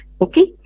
Okay